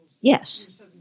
Yes